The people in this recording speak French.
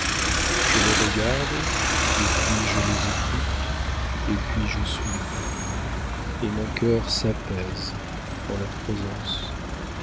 je les regarde et puis je les écoute et puis je suis bon et mon cœur s'apaise en leur présence